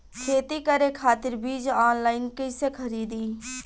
खेती करे खातिर बीज ऑनलाइन कइसे खरीदी?